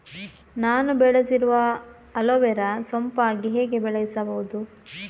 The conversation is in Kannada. ನಾನು ಬೆಳೆಸಿರುವ ಅಲೋವೆರಾ ಸೋಂಪಾಗಿ ಹೇಗೆ ಬೆಳೆಸಬಹುದು?